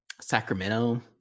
Sacramento